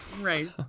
Right